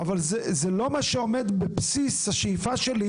אבל זה לא מה שעומד בבסיס השאיפה שלי